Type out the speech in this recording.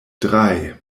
drei